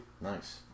Nice